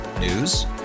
News